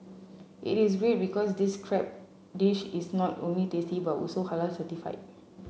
it is great because this crab dish is not only tasty but also Halal certified